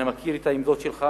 אני מכיר את העמדות שלך,